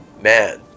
Man